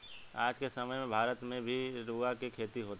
आज के समय में भारत में भी रुआ के खेती होता